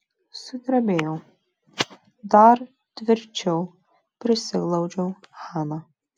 sudrebėjau dar tvirčiau prisiglaudžiau haną